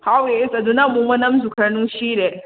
ꯍꯥꯎꯋꯦ ꯑꯁ ꯑꯗꯅ ꯑꯃꯨꯛ ꯃꯅꯝꯁꯨ ꯈꯔ ꯅꯨꯡꯁꯤꯔꯦ